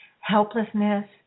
helplessness